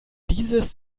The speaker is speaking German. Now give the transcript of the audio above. dieses